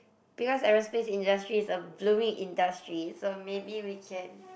because aerospace industry is a blooming industry so maybe we can